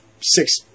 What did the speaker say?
six